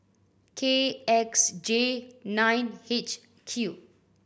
K X J nine H Q